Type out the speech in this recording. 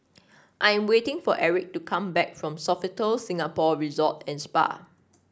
I am waiting for Erik to come back from Sofitel Singapore Resort and Spa